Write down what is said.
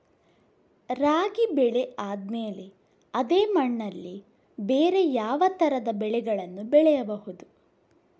ರಾಗಿ ಬೆಳೆ ಆದ್ಮೇಲೆ ಅದೇ ಮಣ್ಣಲ್ಲಿ ಬೇರೆ ಯಾವ ತರದ ಬೆಳೆಗಳನ್ನು ಬೆಳೆಯಬಹುದು?